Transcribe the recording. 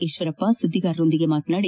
ಈತ್ವರಪ್ಪ ಸುದ್ದಿಗಾರರೊಂದಿಗೆ ಮಾತನಾಡಿ